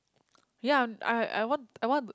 ya I I want I want